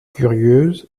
curieuse